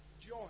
Joy